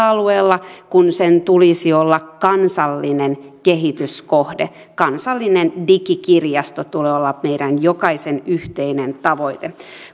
alueella kun sen tulisi olla kansallinen kehityskohde kansallisen digikirjaston tulee olla meidän jokaisen yhteinen tavoite